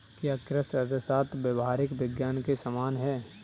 क्या कृषि अर्थशास्त्र व्यावहारिक विज्ञान के समान है?